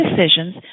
decisions